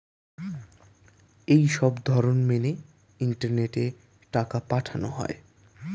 এই সবধরণ মেনে ইন্টারনেটে টাকা পাঠানো হয়